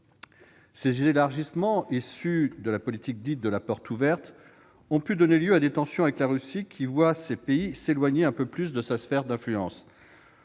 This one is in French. Ces élargissements, issus de la politique dite « de la porte ouverte », ont donné lieu à des tensions avec la Russie, qui voit ces pays s'éloigner un peu plus de sa sphère d'influence.